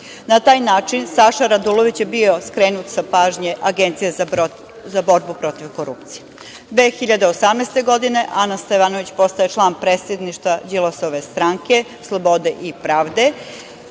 Na taj način Saša Radulović je bio skrenut sa pažnje Agencije za borbu protiv korupcije. Godine 2018. Ana Stevanović postaje člana predsedništva Đilasove stranke „Slobode i pravde“,